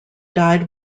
died